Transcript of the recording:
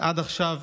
ועד עכשיו,